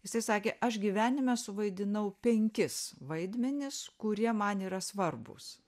jisai sakė aš gyvenime suvaidinau penkis vaidmenis kurie man yra svarbūs